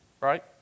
Right